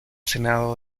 senado